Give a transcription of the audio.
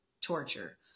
torture